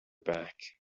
back